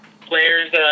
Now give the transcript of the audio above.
players